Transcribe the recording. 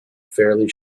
fairly